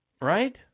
Right